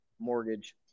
mortgage